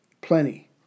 plenty